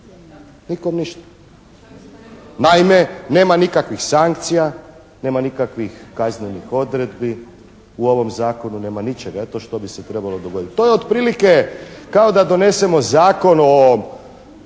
Nikom ništa. Naime, nema nikakvih sankcija. Nema nikakvih kaznenih odredbi. U ovom zakonu nema ničega eto što bi se trebalo dogoditi. To je otprilike kao da donesemo Zakon o